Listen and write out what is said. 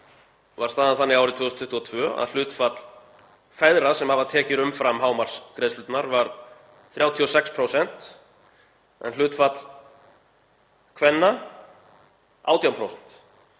var staðan þannig árið 2022 að hlutfall feðra sem hafa tekjur umfram hámarksgreiðslurnar var 36% en hlutfall kvenna 18%